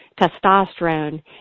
testosterone